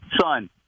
son